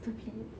stupid